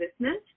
business